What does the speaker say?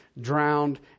drowned